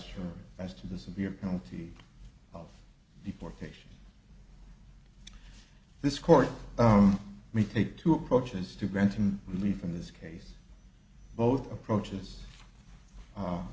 advice as to the severe penalty of deportation this court may take two approaches to granting relief in this case both approaches